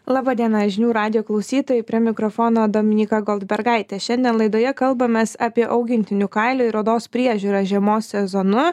laba diena žinių radijo klausytojai prie mikrofono dominyka goldbergaitė šiandien laidoje kalbamės apie augintinių kailio ir odos priežiūrą žiemos sezonu